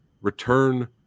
return